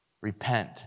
Repent